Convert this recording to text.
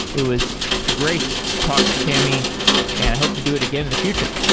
it was great to talk to tammy and i hope to do it again in the future.